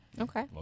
Okay